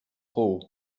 trop